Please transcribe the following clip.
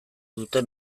dute